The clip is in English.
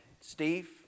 Steve